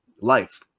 life